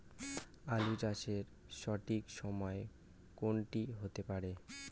আলু চাষের সঠিক সময় কোন টি হতে পারে?